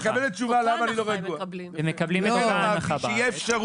שתהיה אפשרות.